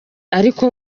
ariko